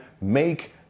make